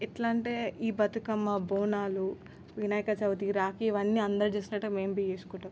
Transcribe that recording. ఎట్లా అంటే ఈ బతుకమ్మ బోనాలు వినాయక చవితి రాఖీ ఇవన్నీ అందరూ చేసుకున్న ట్టే మేంబి చేసుకుంటాం